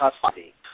custody